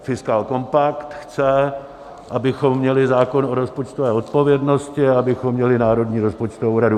Fiskálkompakt chce, abychom měli zákon o rozpočtové odpovědnosti a abychom měli Národní rozpočtovou radu.